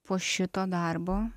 po šito darbo